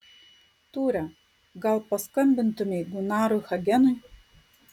tūre gal paskambintumei gunarui hagenui